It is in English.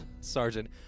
Sergeant